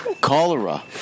Cholera